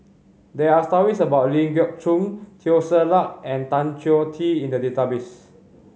there are stories about Ling Geok Choon Teo Ser Luck and Tan Choh Tee in the database